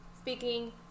speaking